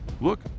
Look